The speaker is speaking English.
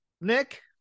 Nick